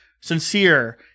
sincere